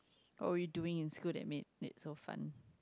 what were you doing in school that made it so fun